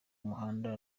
muhanda